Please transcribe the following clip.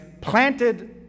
planted